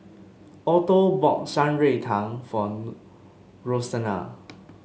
Alto bought Shan Rui Tang for Roseanna